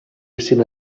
hagin